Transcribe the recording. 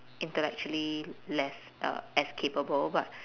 intellectually less uh as capable but